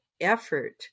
effort